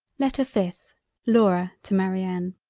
letter fifth laura to marianne